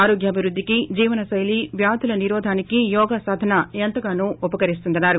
ఆరోగ్యాభివృద్ధికి జీవనశైలి వ్యాధుల నిరోధానికి యోగ సాధన ఎంతగానో ఉపకరిస్తుందన్నారు